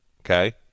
Okay